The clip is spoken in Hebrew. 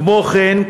כמו כן,